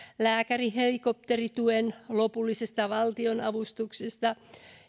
lääkärihelikopterituen lopullisesta valtionavustuksesta